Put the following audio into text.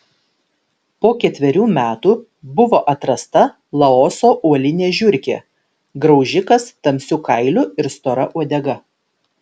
po ketverių metų buvo atrasta laoso uolinė žiurkė graužikas tamsiu kailiu ir stora uodega